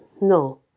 No